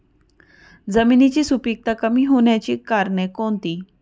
जमिनीची सुपिकता कमी होण्याची कारणे कोणती?